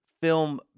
film